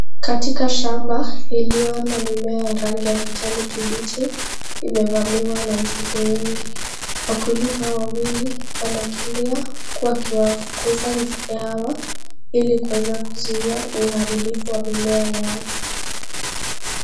Katika shamba iliyo na mimea rangi ya kijani kibichi imevamiwa na nzige wengi. Wakulima wawili wanakimbia huku wakiwafukunza nzige hawa ili kuweza kuzuia uharibifu wa mimea yao.